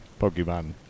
Pokemon